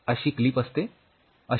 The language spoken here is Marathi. अशी क्लिप असते अशी